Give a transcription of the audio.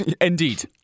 indeed